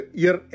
year